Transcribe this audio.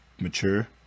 mature